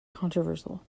controversial